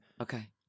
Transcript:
Okay